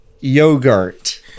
Yogurt